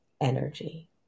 energy